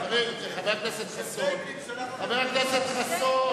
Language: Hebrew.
חבר הכנסת חסון,